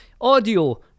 audio